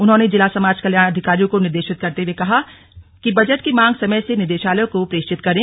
उन्होंने जिला समाज कल्याण अधिकारियों को निर्देशित करते हुए कहा कि बजट की मांग समय से निदेशालय को प्रेषित करें